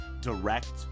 direct